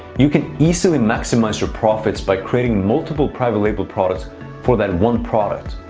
you can easily maximize your profits by creating multiple private label products for that one product.